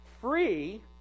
free